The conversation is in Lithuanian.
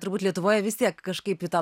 turbūt lietuvoje vis tiek kažkaip į tą